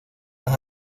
las